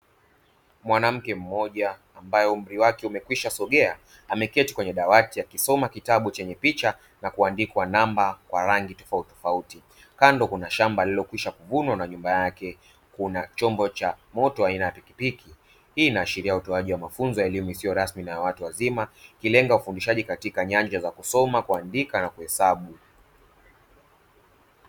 Mwanamke mmoja ambaye umri wake umekwisha sogea ameketi kwenye dawati akisoma kitabu chenye picha na kuandikwa namba kwa rangi tofautitofauti. Kando kuna shamba lililokwisha kuvunwa na nyuma yake kuna chombo cha moto aina ya pikipiki hii inaashiria utoaji wa mafunzo ya elimu isiyo rasmi na ya watu wazima ikilenga ufundishaji katika nyanja za kusoma, kuandika na kuhesabu.